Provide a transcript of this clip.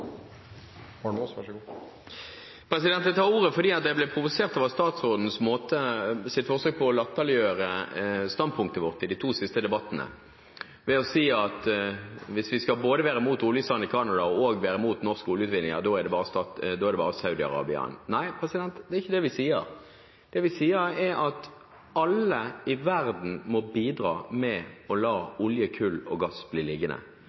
eierskapsmeldingen framlagt så pass sent at den antakelig ikke blir behandlet i denne salen før til neste vår. Jeg tar ordet fordi jeg ble provosert av statsrådens forsøk på å latterliggjøre standpunktet vårt i de to siste debattene ved å si at hvis vi både skal være imot oljesand i Canada og imot norsk oljeutvinning, da er det bare Saudi-Arabia igjen. Nei, det er ikke det vi sier. Det vi sier, er at alle i verden må bidra med å la olje, kull og gass bli